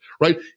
right